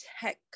tech